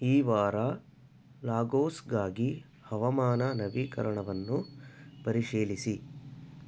ಈ ವಾರ ಲಾಗೋಸ್ಗಾಗಿ ಹವಾಮಾನ ನವೀಕರಣವನ್ನು ಪರಿಶೀಲಿಸಿ